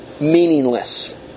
meaningless